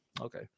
Okay